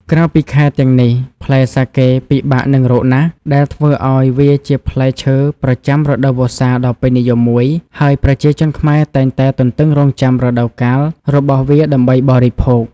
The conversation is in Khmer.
ក្រៅពីខែទាំងនេះ ផ្លែសាកេពិបាកនឹងរកណាស់ ដែលធ្វើឲ្យវាជាផ្លែឈើប្រចាំរដូវវស្សាដ៏ពេញនិយមមួយ ហើយប្រជាជនខ្មែរតែងតែទន្ទឹងរង់ចាំរដូវកាលរបស់វាដើម្បីបរិភោគ។